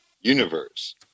universe